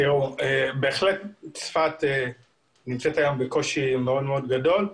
צפת בהחלט נמצאת היום בקושי מאוד מאוד גדול.